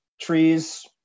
trees